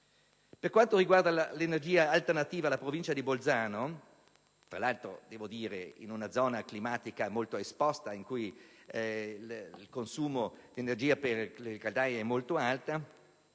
Per quanto riguarda l'energia alternativa, la Provincia di Bolzano, tra l'altro in una zona climatica molto esposta, in cui il consumo energetico per le caldaie è molto elevato,